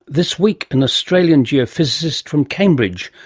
this week an australian geophysicist from cambridge,